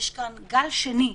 יש כאן גל שני,